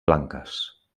blanques